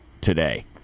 today